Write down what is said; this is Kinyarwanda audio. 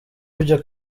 ibyo